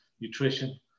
nutrition